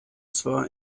zwar